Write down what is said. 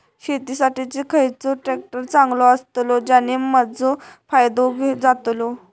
शेती साठी खयचो ट्रॅक्टर चांगलो अस्तलो ज्याने माजो फायदो जातलो?